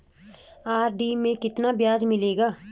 RD में कितना ब्याज मिलेगा?